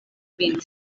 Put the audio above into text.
vin